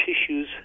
tissues